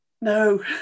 no